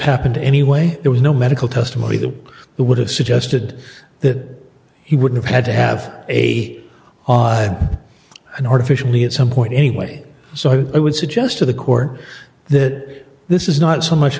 happened anyway there was no medical testimony that it would have suggested that he would have had to have a an artificially at some point anyway so i would suggest to the court that this is not so much